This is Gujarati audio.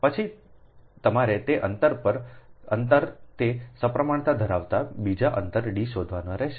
પછી તમારે તે અંતર તે સપ્રમાણતા ધરાવતું બીજું અંતર D શોધવાનું રહેશે